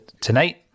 tonight